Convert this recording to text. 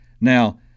Now